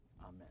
Amen